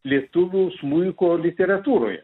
lietuvių smuiko literatūroje